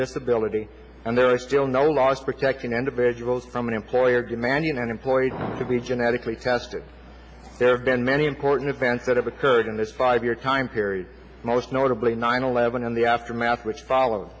disability and there are still no laws protecting individuals from an employer demanding an employee to be genetically tested there have been many important events that have occurred in this five year time period most notably nine eleven and the aftermath which follow